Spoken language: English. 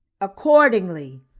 Accordingly